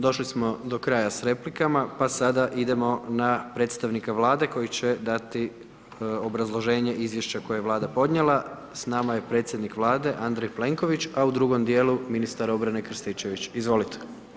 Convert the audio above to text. Došli smo do kraja s replikama, pa sada idemo na predstavnika Vlade, koji će dati obrazloženje izvješća koje je Vlada podnijela, s nama je predsjednik vlade, Andrej Plenković, a u drugom dijelu, ministar obrane Krstičević, izvolite.